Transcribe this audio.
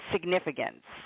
significance